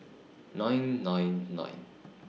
nine nine nine